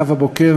נאוה בוקר,